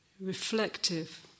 reflective